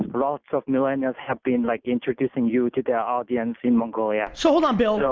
lots of millennials have been like introducing you to the audience in mongolia. so hold on bill,